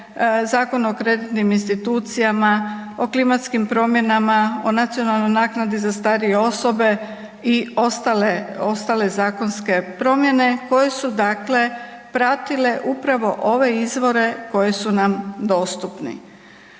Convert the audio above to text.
Zakon o kreditnim institucijama, o klimatskim promjenama, o Nacionalnoj naknadi za starije osobe i ostale zakonske promjene koje su pratile upravo ove izvore koji su nam dostupni.